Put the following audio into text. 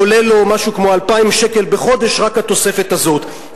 עולה לו משהו כמו 2,000 שקל לחודש רק התוספת הזו,